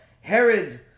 Herod